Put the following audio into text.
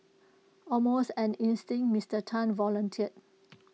almost on instinct Mister Tan volunteered